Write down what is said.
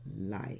life